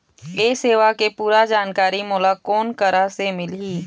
ये सेवा के पूरा जानकारी मोला कोन करा से मिलही?